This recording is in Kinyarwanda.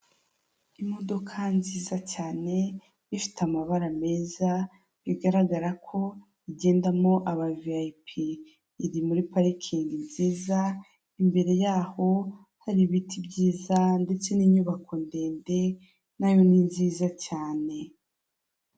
Imodoka nziza cyane ifite amabara meza, bigaragara ko igendamo aba VIP, iri muri parikingi nziza, imbere yaho hari ibiti byiza ndetse n'inyubako ndende na yo ni nziza cyane.